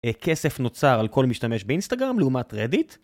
כסף נוצר על כל משתמש באינסטגרם לעומת רדיט?